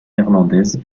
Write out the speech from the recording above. irlandaise